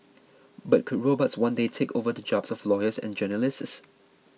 but could robots one day take over the jobs of lawyers and journalists